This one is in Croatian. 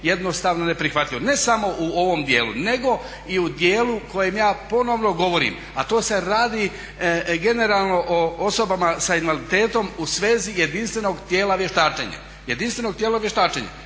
jednostavno neprihvatljivo, ne samo u ovom dijelu nego i u dijelu kojem ja ponovno govorim, a to se radi generalno o osobama sa invaliditetom u svezi jedinstvenog tijela vještačenja koje je prošle